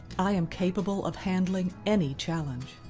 i am capable of handling any challenge.